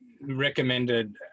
recommended